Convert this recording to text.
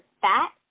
fat